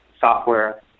software